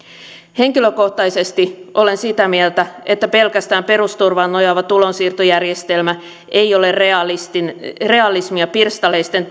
henkilökohtaisesti olen sitä mieltä että pelkästään perusturvaan nojaava tulonsiirtojärjestelmä ei ole realismia pirstaleisten